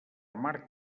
amarg